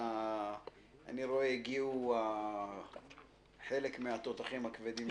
אני רואה שחלק מהתותחים הכבדים של המשרד הגיעו.